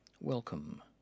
Welcome